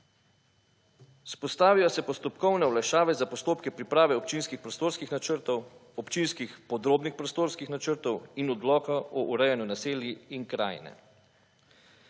Vzpostavijo se postopkovne olajšave za postopke priprave občinskih prostorskih načrtov, občinski podrobnih prostorskih načrtov in odloka o urejanju naselij in krajine.